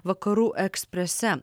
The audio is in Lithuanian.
vakarų eksprese